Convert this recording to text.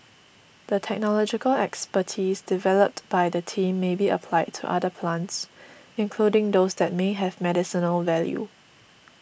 the technological expertise developed by the team may be applied to other plants including those that may have medicinal value